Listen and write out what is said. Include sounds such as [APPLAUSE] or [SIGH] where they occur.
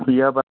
[UNINTELLIGIBLE]